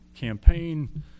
campaign